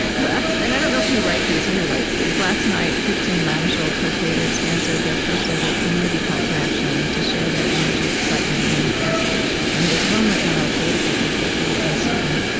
and i don't know if you write these, or who writes these. last night, fifteen lab shul co-creators answered their first ever community call to action to share their energy, excitement, and exasperation in this moment when our political future feels uncertain.